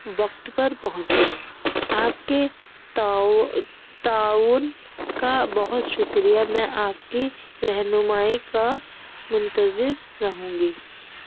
وقت پر پہنچے آپ کے تعاون کا بہت شکریہ میں آپ کی رہنمائی کا منتظر رہوں گی